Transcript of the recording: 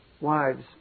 Wives